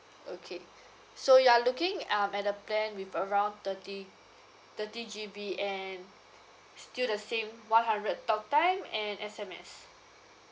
okay so you are looking um at the plan with around thirty thirty G_B and still the same one hundred talk time and S_M_S